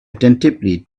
attentively